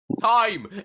Time